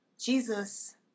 Jesus